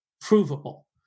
provable